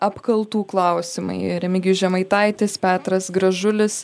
apkaltų klausimai remigijus žemaitaitis petras gražulis